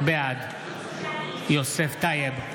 בעד יוסף טייב,